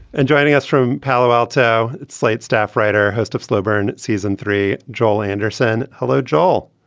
and joining us from palo alto, it's slate staff writer, host of slow burn season three, joel anderson. hello, joel.